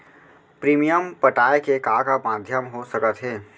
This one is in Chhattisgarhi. प्रीमियम पटाय के का का माधयम हो सकत हे?